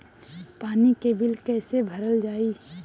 पानी के बिल कैसे भरल जाइ?